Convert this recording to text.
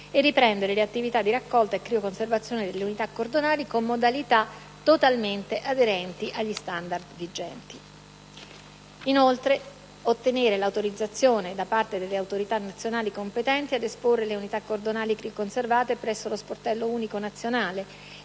riprendere le attività di raccolta e crioconservazione delle unità cordonali con modalità totalmente aderenti agli standard vigenti; ottenere l'autorizzazione da parte delle autorità nazionali competenti ad esporre le unità cordonali crioconservate presso lo Sportello unico nazionale